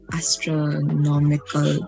astronomical